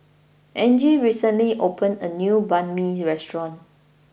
Angie recently opened a new Banh Mi restaurant